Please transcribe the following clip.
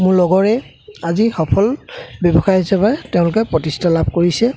মোৰ লগৰে আজি সফল ব্যৱসায় হিচাপে তেওঁলোকে প্ৰতিষ্ঠা লাভ কৰিছে